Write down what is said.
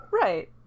Right